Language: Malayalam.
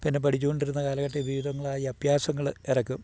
പിന്നെ പഠിച്ച് കൊണ്ടിരുന്ന കാലഘട്ടത്തില് വിവിധങ്ങളായ അഭ്യാസങ്ങള് ഇറക്കും